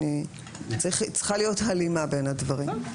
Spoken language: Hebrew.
צריכה להיות הלימה בין הדברים.